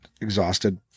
exhausted